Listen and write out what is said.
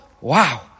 Wow